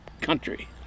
country